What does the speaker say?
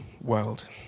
world